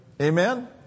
amen